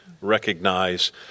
Recognize